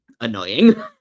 annoying